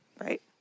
right